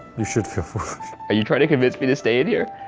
you should feel foolish. are you trying to convince me to stay in here?